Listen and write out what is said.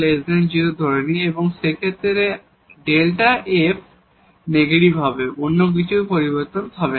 সুতরাং এই Δ f সেই ক্ষেত্রে নেগেটিভ হবে অন্য কিছু পরিবর্তন হবে না